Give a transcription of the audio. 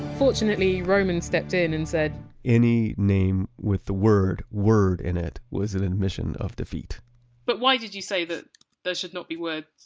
fortunately, roman stepped in and said any name with the word! word! in it was an admission of defeat but why did you say there should not be! words!